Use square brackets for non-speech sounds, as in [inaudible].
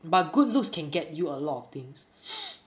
but good looks can get you a lot of things [noise]